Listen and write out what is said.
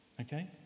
okay